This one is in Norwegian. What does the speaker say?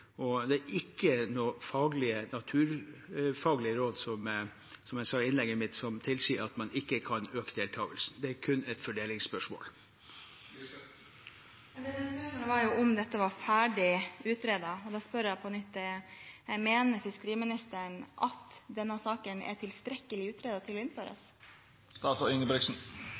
og som jeg sa i innlegget mitt, er det ikke noen naturfaglige råd som tilsier at man ikke kan øke deltakelsen. Det er kun et fordelingsspørsmål. Spørsmålet var om dette er ferdig utredet, og da spør jeg på nytt: Mener fiskeriministeren at denne saken er tilstrekkelig utredet til